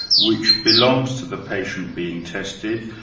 which belongs to the patient being tested,